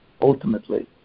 ultimately